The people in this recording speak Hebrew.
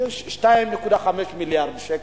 יש 2.5 מיליארד שקל,